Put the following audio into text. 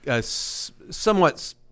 somewhat